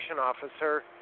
officer